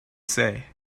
say